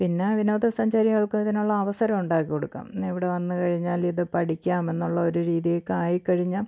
പിന്നെ വിനോദസഞ്ചാരികള്ക്ക് അതിനുള്ള അവസരം ഉണ്ടാക്കിക്കൊടുക്കാം ഇവിടെ വന്നു കഴിഞ്ഞാൽ ഇത് പഠിക്കാം എന്നുള്ള ഒരു രീതിയൊക്കെ ആയിക്കഴിഞ്ഞാൽ